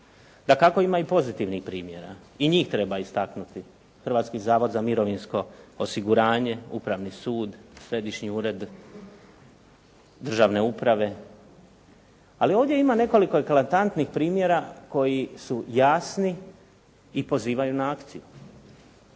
Dakako, ima i pozitivnih primjera, i njih treba istaknuti. Hrvatski zavod za mirovinsko osiguranje, Upravni sud, Središnji ured državne uprave, ali ovdje ima nekoliko eklatantnih primjera koji su jasni i pozivaju na akciju.